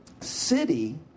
city